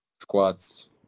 squats